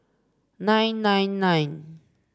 nine nine nine